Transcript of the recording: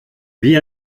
wie